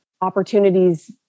opportunities